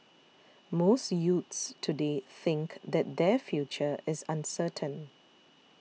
most youths today think that their future is uncertain